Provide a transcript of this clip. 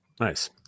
Nice